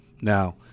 Now